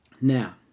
Now